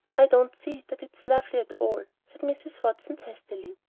i don't see that it's lovely at all, said mrs. watson, testily.